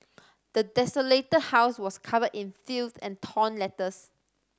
the desolated house was covered in filth and torn letters